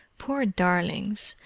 poor darlings,